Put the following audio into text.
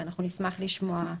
אנחנו נשמח לשמוע.